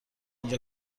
اینجا